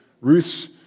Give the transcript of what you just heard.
Ruth's